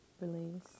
Release